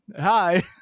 hi